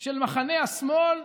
של מחנה השמאל,